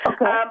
Okay